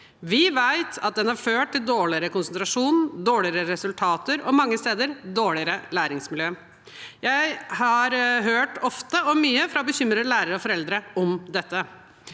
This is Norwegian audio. Vi vet at den har ført til dårligere konsentrasjon, dårligere resultater og – mange steder – dårligere læringsmiljø. Jeg har hørt, ofte og mye, fra bekymrede lærere og foreldre om dette.